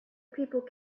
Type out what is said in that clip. people